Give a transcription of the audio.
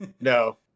No